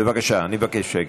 בבקשה, אני מבקש שקט.